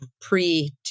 pre